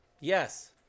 Yes